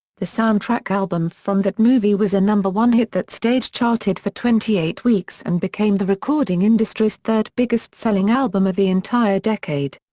the sound track album from that movie was ah a one hit that stayed charted for twenty eight weeks and became the recording industry's third biggest selling album of the entire decade.